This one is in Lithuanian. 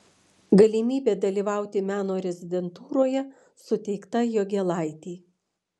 galimybė dalyvauti meno rezidentūroje suteikta jogėlaitei